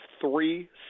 three